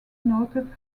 noted